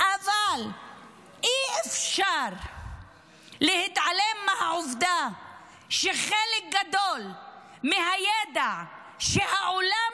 אבל אי-אפשר להתעלם מהעובדה שחלק גדול מהידע שהעולם